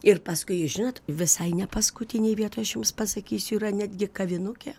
ir paskui jūs žinot visai ne paskutinėj vietoj aš jums pasakysiu yra netgi kavinukė